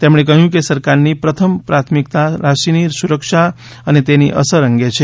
તેમણે કહ્યું કે સરકારની પ્રથમ પ્રાથમિકતા રસીની સુરક્ષા અને તેની અસર અંગે છે